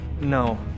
no